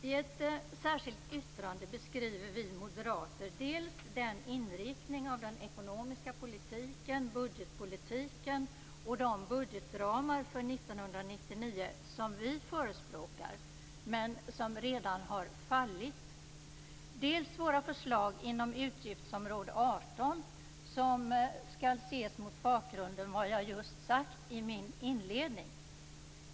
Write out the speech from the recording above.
I ett särskilt yttrande beskriver vi moderater dels den inriktning av den ekonomiska politiken, budgetpolitiken och budgetramarna för 1999 som vi förespråkar men som redan har "fallit", dels våra förslag inom utgiftsområde 18 som skall ses mot bakgrund av vad jag just sade i min inledning.